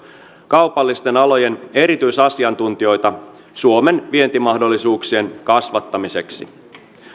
kaupallisten alojen erityisasiantuntijoita suomen vientimahdollisuuksien kasvattamiseksi